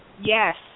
yes